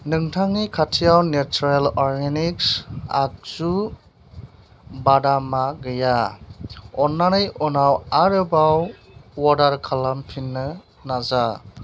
नोंथांनि कार्टआव Natureland organics खाजु बादामआ गैया अन्नानै उनाव आरोबाव अर्डार खालामफिन्नो नाजा